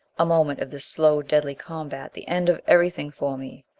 a moment of this slow, deadly combat the end of everything for me.